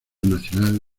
nacional